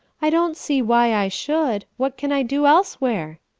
i don't see why i should. what can i do elsewhere?